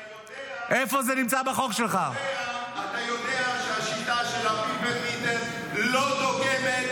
אתה יודע שהשיטה של ה-people meter לא דוגמת